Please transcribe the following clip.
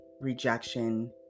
rejection